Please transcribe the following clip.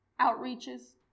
outreaches